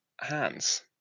hands